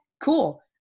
cool